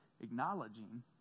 acknowledging